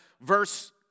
verse